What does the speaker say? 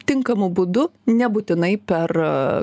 tinkamu būdu nebūtinai per